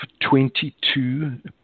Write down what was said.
22